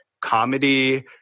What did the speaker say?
comedy